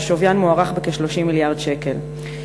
ששוויין מוערך ב-30 מיליארד שקלים.